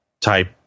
type